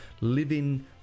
living